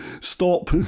stop